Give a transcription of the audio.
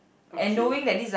okay